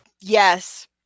yes